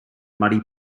muddy